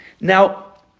Now